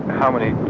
how many